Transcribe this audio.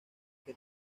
que